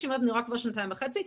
ואני רואה כבר שנתיים וחצי,